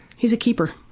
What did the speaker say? he's a keeper.